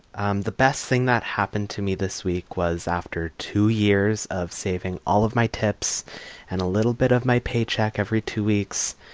um the best thing that happened to me this week was after two years of saving all of my tips and a little bit of my paycheck every two weeks,